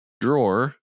drawer